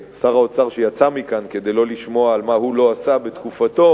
שר האוצר שיצא מכאן כדי לא לשמוע מה הוא לא עשה בתקופתו,